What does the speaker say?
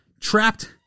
trapped